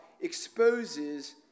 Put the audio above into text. exposes